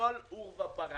הכול עורבא פרח,